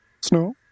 snow